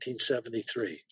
1973